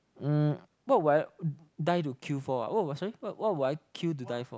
mm what would I die to queue for ah what what sorry what what would I queue to die for